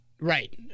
Right